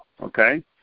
okay